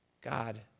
God